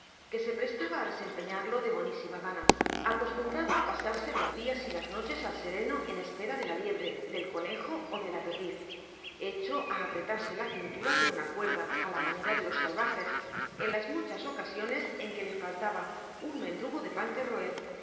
que se prestaba a desempeñarlo de bonísima gana acostumbrado a pasarse los días y las noches al sereno en espera de la liebre del conejo o de la perdiz hecho a apretarse la cintura con una cuerda a la manera de los salvajes en las muchas ocasiones en que le faltaba un mendrugo de pan que roer